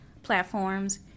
platforms